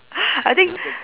I think